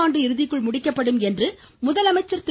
ஆண்டு இறுதிக்குள் முடிக்கப்படும் என்று முதலமைச்சர் திரு